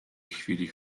chwili